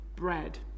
bread